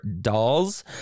dolls